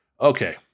Okay